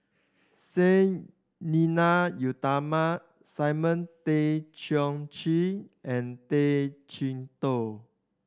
Sang Nila Utama Simon Tay Seong Chee and Tay Chee Toh